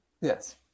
Yes